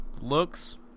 looks